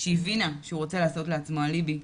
שהיא הבינה שהוא רוצה לעשות לעצמו אליבי.